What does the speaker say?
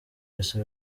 wese